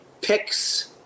picks